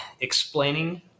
Explaining